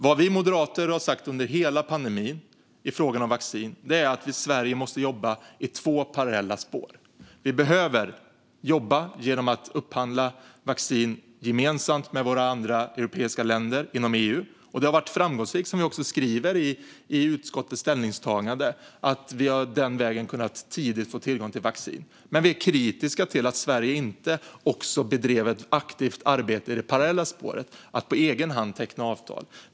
Vad vi moderater har sagt under hela pandemin i frågan om vaccin är att vi i Sverige måste jobba i två parallella spår. Vi behöver jobba genom att upphandla vaccin gemensamt med andra europeiska länder inom EU. Det har varit framgångsrikt, vilket vi också skriver i utskottets ställningstagande, att vi den vägen tidigt har kunnat få tillgång till vaccin. Men vi är kritiska till att Sverige inte också bedrev ett aktivt arbete i det parallella spåret, alltså att på egen hand teckna avtal.